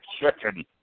chicken